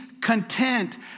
content